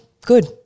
good